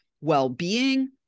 well-being